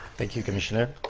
thank you commissioner.